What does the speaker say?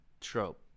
trope